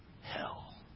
Hell